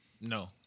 no